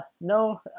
no